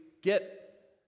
get